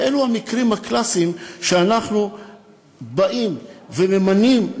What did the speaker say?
ואלו המקרים הקלאסיים שאנחנו באים וממנים,